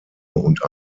und